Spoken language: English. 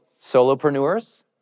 solopreneurs